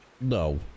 No